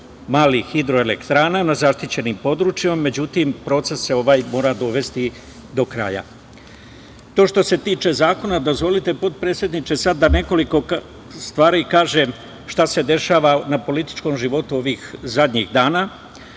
malih hidroelektrana na zaštićenim područjima. Međutim, proces se ovaj mora dovesti do kraja. To je što se tiče zakona, a sada, potpredsedniče, dozvolite da nekoliko stvari kažem šta se dešava na političkom životu ovih zadnjih